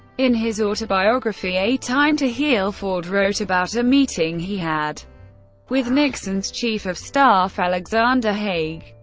in his autobiography a time to heal, ford wrote about a meeting he had with nixon's chief of staff, alexander haig.